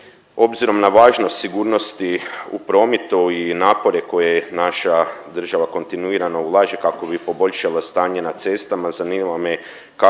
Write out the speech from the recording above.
Obzirom na važnost sigurnosti u prometu i napore koje naša država kontinuirano ulaže kako bi poboljšala stanje na cestama zanima me kakva